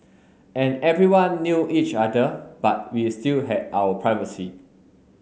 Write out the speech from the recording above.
and everyone knew each other but we still had our privacy